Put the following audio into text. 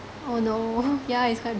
oh no yeah it's quite